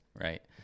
right